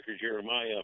Jeremiah